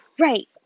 right